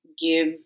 give